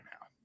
now